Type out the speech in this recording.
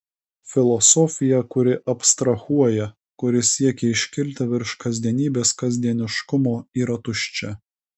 filosofija kuri abstrahuoja kuri siekia iškilti virš kasdienybės kasdieniškumo yra tuščia